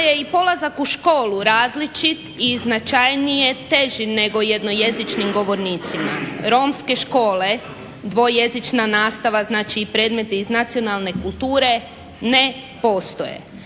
je i polazak u školu različit i značajnije teži nego jednojezičnim govornicima romske škole dvojezična nastava znači i predmeti iz nacionalne kulture ne postoje.